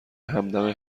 همدم